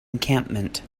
encampment